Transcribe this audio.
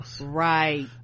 right